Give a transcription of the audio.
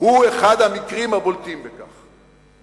הוא אחד המקרים הבולטים בכך.